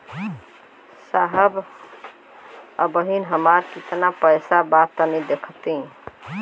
साहब अबहीं हमार कितना पइसा बा तनि देखति?